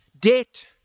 debt